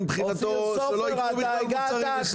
הוא, מבחינתו שלא יקנו מוצרים מישראל.